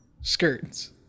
skirts